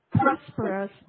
prosperous